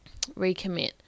recommit